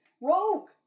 Rogue